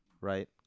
right